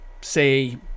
say